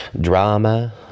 drama